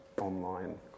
online